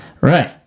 Right